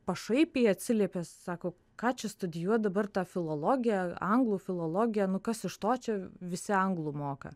pašaipiai atsiliepia sako ką čia studijuot dabar tą filologiją anglų filologiją nu kas iš to čia visi anglų moka